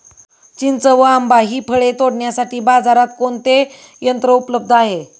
चिंच व आंबा हि फळे तोडण्यासाठी बाजारात कोणते यंत्र उपलब्ध आहे?